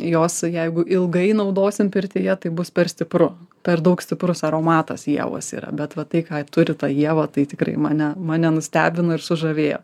jos jeigu ilgai naudosim pirtyje tai bus per stipru per daug stiprus aromatas ievos yra bet va tai ką turi ta ieva tai tikrai mane mane nustebino ir sužavėjo